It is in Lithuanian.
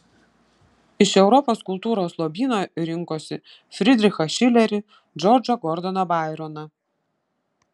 iš europos kultūros lobyno rinkosi fridrichą šilerį džordžą gordoną baironą